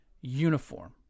uniform